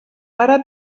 pare